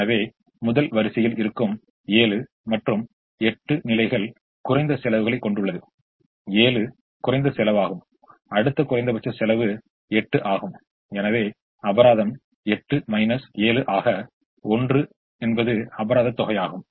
எனவே முதல் வரிசையில் இருக்கும் 7 மற்றும் ௮ நிலைகள் குறைந்த செலவுகளை கொண்டுள்ளது 7 குறைந்த செலவாகும் அடுத்த குறைந்தபட்ச செலவு 8 ஆகும் எனவே அபராதம் 8 7 ஆக 1 அபராத தொகையாகும்